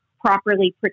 Properly